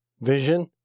vision